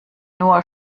nur